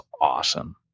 awesome